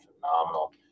phenomenal